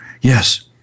Yes